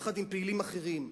יחד עם פעילים אחרים,